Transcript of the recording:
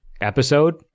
episode